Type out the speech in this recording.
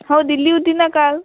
हो दिली होती ना काल